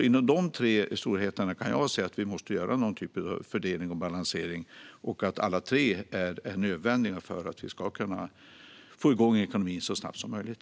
Inom dessa tre storheter kan jag se att vi måste göra någon typ av fördelning och balansering. Alla tre är nödvändiga för att vi ska kunna få igång ekonomin så snabbt så möjligt.